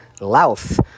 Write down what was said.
Louth